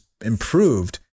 improved